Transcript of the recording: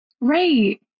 right